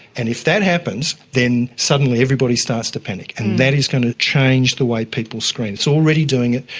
and if that happens, then suddenly everybody starts to panic and that is going to change the way people screen. it is already doing it.